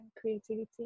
creativity